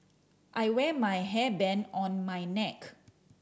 I wear my hairband on my neck